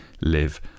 live